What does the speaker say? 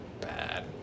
bad